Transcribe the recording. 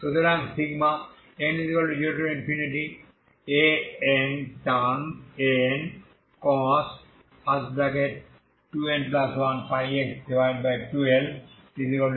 সুতরাং n0Ancos 2n1πx2L fx